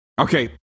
Okay